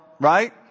Right